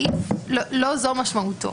הסעיף לא זו משמעותו,